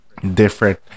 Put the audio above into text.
different